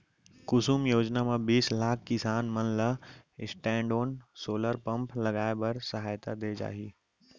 कुसुम योजना म बीस लाख किसान मन ल स्टैंडओन सोलर पंप लगाए बर सहायता दे जाही